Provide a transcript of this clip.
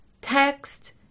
text